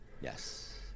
Yes